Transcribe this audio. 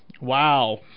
Wow